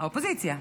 האופוזיציה.